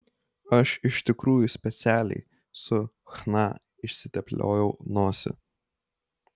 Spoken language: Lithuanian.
aš iš tikrųjų specialiai su chna išsitepliojau nosį